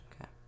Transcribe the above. okay